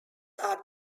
are